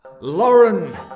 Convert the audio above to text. Lauren